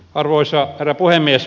arvoisa herra puhemies